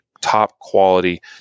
top-quality